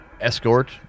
escort